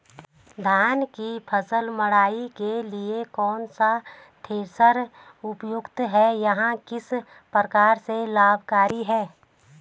धान की फसल मड़ाई के लिए कौन सा थ्रेशर उपयुक्त है यह किस प्रकार से लाभकारी है?